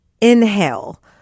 inhale